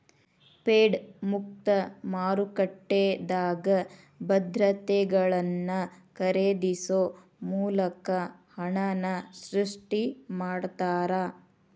Fed ಮುಕ್ತ ಮಾರುಕಟ್ಟೆದಾಗ ಭದ್ರತೆಗಳನ್ನ ಖರೇದಿಸೊ ಮೂಲಕ ಹಣನ ಸೃಷ್ಟಿ ಮಾಡ್ತಾರಾ